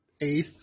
eighth